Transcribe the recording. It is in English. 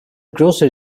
grocery